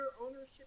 ownership